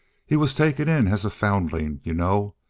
he was taken in as a foundling, you know.